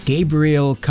Gabriel